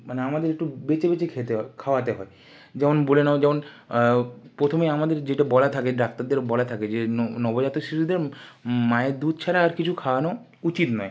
মানে আমাদের একটু বেছে বেছে খেতে হয় খাওয়াতে হয় যেমন বলে নাও যেমন প্রথমেই আমাদের যেটা বলা থাকে ডাক্তারদের বলা থাকে যে নবজাতক শিশুদের মায়ের দুধ ছাড়া আর কিছু খাওয়ানো উচিত নয়